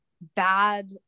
bad